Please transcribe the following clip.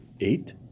eight